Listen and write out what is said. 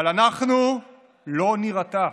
אבל אנחנו לא נירתע.